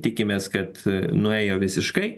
tikimės kad nuėjo visiškai